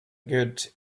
good